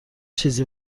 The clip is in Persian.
چیزی